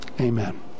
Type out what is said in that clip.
amen